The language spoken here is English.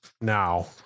now